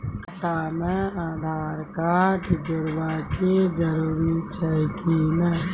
खाता म आधार कार्ड जोड़वा के जरूरी छै कि नैय?